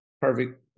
perfect